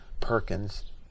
Perkins